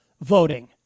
voting